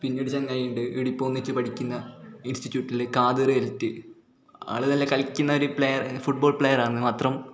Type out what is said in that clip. പിന്നെ ഒരു ചങ്ങാതി ഉണ്ട് ഇവിടെ ഇപ്പോൾ ഒന്നിച്ചു പഠിക്കുന്ന ഇൻസ്റ്റിറ്റൂട്ടില് കാദർ എൽറ്റ് ആള് നല്ല കളിക്കുന്നൊരു പ്ലയെർ ഫുട്ബോൾ പ്ലയെർ ആണ് മാത്രം